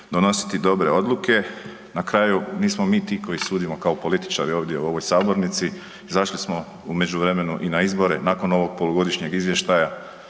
donositi dobre odluke. Na kraju, nismo mi ti koji sudimo kao političari ovdje u ovoj sabornici, izašli smo u međuvremenu i na izbore, nakon ovog polugodišnjeg izvještaja